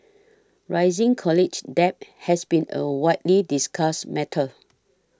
rising college debt has been a widely discussed matter